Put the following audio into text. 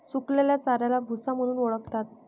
सुकलेल्या चाऱ्याला भुसा म्हणून ओळखतात